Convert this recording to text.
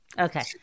Okay